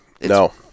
No